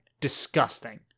Disgusting